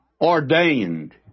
ordained